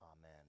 Amen